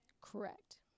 Correct